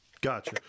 gotcha